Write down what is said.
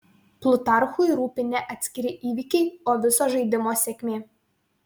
plutarchui rūpi ne atskiri įvykiai o viso žaidimo sėkmė